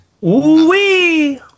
Wee